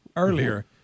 earlier